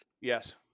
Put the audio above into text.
Yes